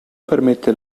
permette